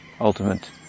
ultimate